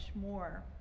more